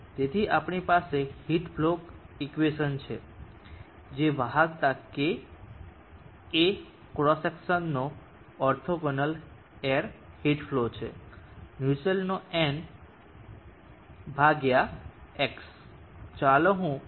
તેથી આપણી પાસે હીટ ફ્લો ઇક્વેશન છે જે વાહકતા K A ક્રોસ સેક્શનનો ઓર્થોગોનલ એર હીટ ફ્લો છે નુસેલ્ટનો N નંબર ભાગ્યા X ચાલો હું આને x ગુણ્યા ΔT માં દર્શાવું છું